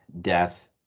death